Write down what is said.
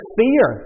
fear